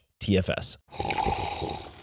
TFS